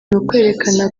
ukwerekana